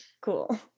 cool